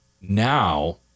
Now